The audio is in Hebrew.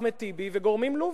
בתמיכת אחמד טיבי וגורמים לוביים.